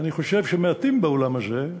אני חושב שמעטים בעולם הזה,